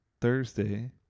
Thursday